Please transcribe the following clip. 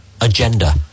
agenda